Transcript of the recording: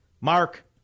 Mark